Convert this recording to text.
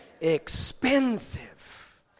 expensive